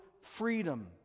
freedom